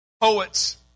poets